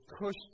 push